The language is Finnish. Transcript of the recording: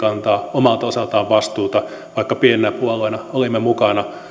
omalta osaltaan vastuuta vaikka pienenä puolueena olimme mukana ja